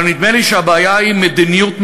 אבל נדמה לי שהבעיה היא מדיניות ממשלתית.